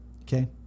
okay